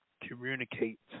communicate